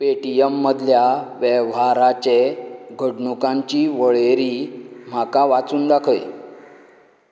Paytm मदल्या वेव्हाराचे घडणुकांची वळेरी म्हाका वाचून दाखय